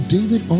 David